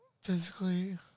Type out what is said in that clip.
physically